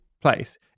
place